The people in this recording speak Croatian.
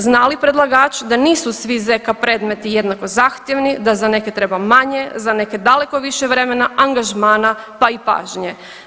Zna li predlagač da nisu svi ZK predmeti jednako zahtjevni, da za neke treba manje, za neke daleko više vremena, angažmana pa i pažnje.